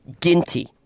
ginty